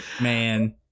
man